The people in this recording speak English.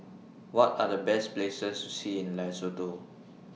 What Are The Best Places to See in Lesotho